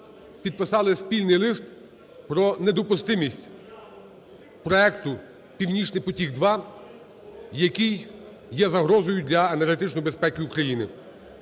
підписали спільний лист про недопустимість проекту "Північний потік-2", який є загрозою для енергетичної безпеки України.